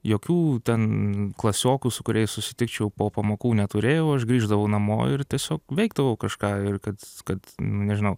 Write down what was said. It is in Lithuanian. jokių ten klasiokų su kuriais susitikčiau po pamokų neturėjau aš grįždavau namo ir tiesiog veikdavau kažką ir kad kad nu nežinau